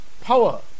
power